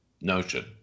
notion